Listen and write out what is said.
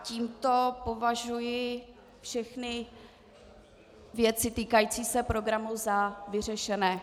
Tímto považuji všechny věci týkající se programu za vyřešené.